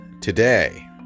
today